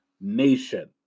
nation